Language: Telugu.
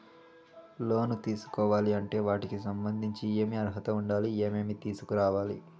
లోను తీసుకోవాలి అంటే వాటికి సంబంధించి ఏమి అర్హత ఉండాలి, ఏమేమి తీసుకురావాలి